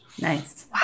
Nice